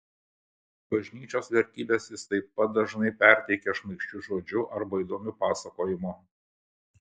bažnyčios vertybes jis taip pat dažnai perteikia šmaikščiu žodžiu arba įdomiu pasakojimu